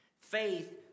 Faith